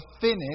finish